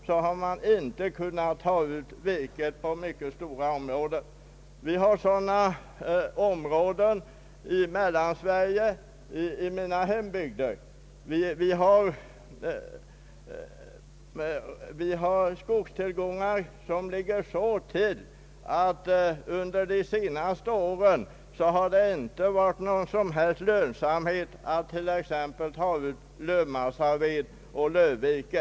Sådana områden finns också i Mellansverige i mina hemtrakter. Det finns skogstillgångar som ligger så till att det under de senaste åren inte har varit lönsamt att ta ut t.ex. lövmassaved och lövvirke.